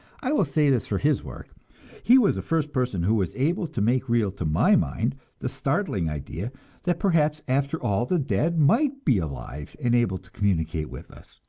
i will say this for his work he was the first person who was able to make real to my mind the startling idea that perhaps after all the dead might be alive and able to communicate with us.